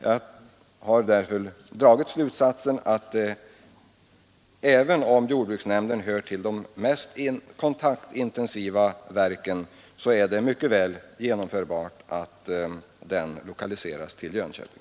Jag har därför dragit den slutsatsen att även om jordbruksnämnden hör till de mest kontaktintensiva verken är det ändå genomförbart att lokalisera den till Jönköping.